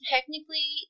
Technically